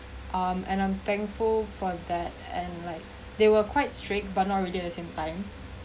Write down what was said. um and I'm thankful for that and like they were quite strict but not really at the same time